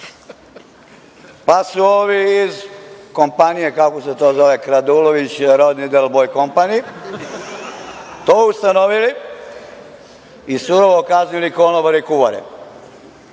Pa, su ovi iz kompanije, kako se to zove „Kradulović Rodni i Delboj kompani“, to ustanovili i surovo kaznili konobare i kuvare. Čujem